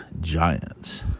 Giants